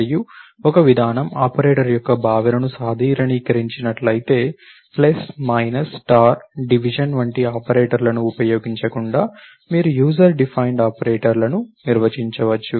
మరియు ఒక విధానం ఆపరేటర్ యొక్క భావనను సాధారణీకరించినట్లే వంటి ఆపరేటర్లను ఉపయోగించకుండా మీరు యూజర్ డిఫైన్డ్ ఆపరేటర్ లను నిర్వచించవచ్చు